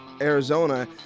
Arizona